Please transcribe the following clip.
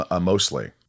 mostly